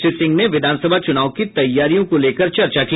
श्री सिंह ने विधानसभा चुनाव की तैयारियों को लेकर चर्चा की